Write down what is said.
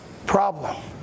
problem